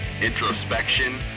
introspection